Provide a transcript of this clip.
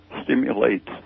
stimulates